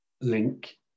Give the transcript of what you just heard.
link